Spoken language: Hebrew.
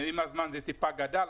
עם הזמן זה טיפה גדל,